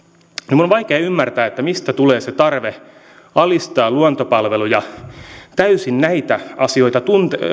minun on vaikea ymmärtää mistä tulee se tarve alistaa luontopalveluja täysin näitä asioita